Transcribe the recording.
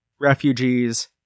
refugees